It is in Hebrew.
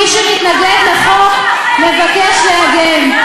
מי שמתנגד לחוק מבקש להגן.